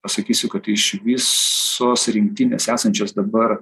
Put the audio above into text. pasakysiu kad iš visos rinktinės esančios dabar